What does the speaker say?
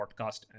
podcast